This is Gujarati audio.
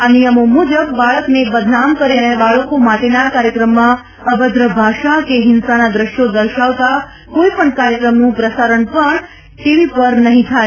આ નિયમો મુજબ બાળકને બદનામ કરે અને બાળકો માટેના કાર્યક્રમમાં અભદ્ર ભાષા કે હિંસાના દ્રશ્યો દર્શાવતા કોઇ પણ કાર્યક્રમનું પ્રસારણ પણ ટીવી પર નહીં થાય